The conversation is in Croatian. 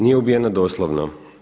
Nije ubijena doslovno.